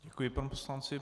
Děkuji panu poslanci.